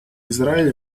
израиля